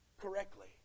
correctly